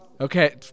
Okay